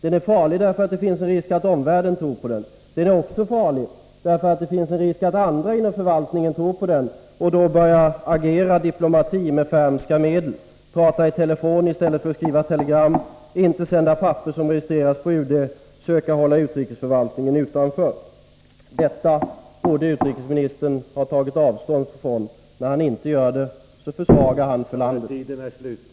Den är farlig därför att det finns en risk att omvärlden tror på den, och den är farlig också därför att det finns en risk att andra inom förvaltningen tror på den och börjar agera diplomatiskt med Fermska medel: prata i telefon i stället för att skriva telegram, inte sända papper som registreras på UD, söka hålla utrikesförvaltningen utanför. Detta borde utrikesministern ha tagit avstånd från. När han inte gör det innebär det en försvagning för landets utrikespolitik.